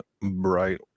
bright